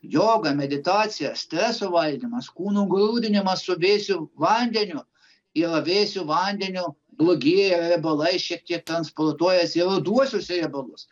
joga meditacija streso valdymas kūno grūdinimas su vėsiu vandeniu ir vėsiu vandeniu blogieji riebalai šiek tiek transportuojasi į ruduosius riebalus